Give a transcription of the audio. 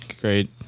Great